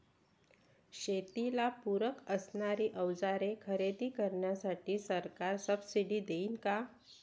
शेतीला पूरक असणारी अवजारे खरेदी करण्यासाठी सरकार सब्सिडी देईन का?